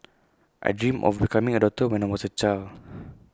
I dreamt of becoming A doctor when I was A child